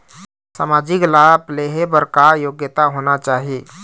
सामाजिक लाभ लेहे बर का योग्यता होना चाही?